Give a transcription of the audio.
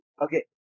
okay